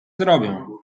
zrobię